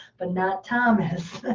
but not thomas.